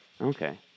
Okay